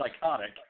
psychotic